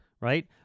Right